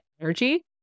energy